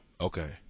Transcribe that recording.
Okay